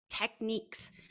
techniques